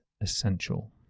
essential